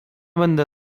będę